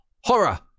horror